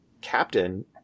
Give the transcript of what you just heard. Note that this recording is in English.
captain